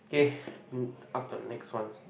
K mm up to the next one